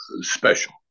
special